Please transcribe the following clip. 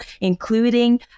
including